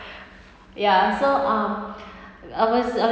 ya so uh I was I